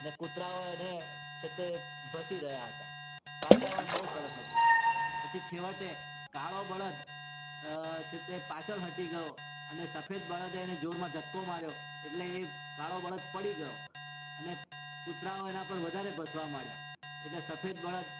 ને કૂતરાઓ એને છે તે ભસી રહ્યાં હતાં વાતાવરણ બહુ સરસ હતું પછી છેવટે કાળો બળદ છે તે પાછળ હટી ગયો અને સફેદ બળદે એને જોરમાં ધક્કો માર્યો એટલે એ કાળો બળદ પડી ગયો અને કુતરાઓ એના પર વધારે ભસવા માંડ્યા એટલે સફેદ બળદ